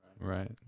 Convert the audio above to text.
Right